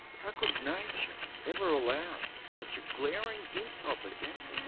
how could nature ever allow such a glaring insult against